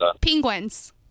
Penguins